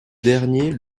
dernier